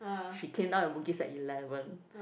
she came down to Bugis at eleven